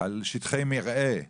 על שטחי מרעה,